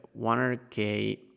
100k